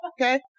Okay